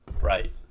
right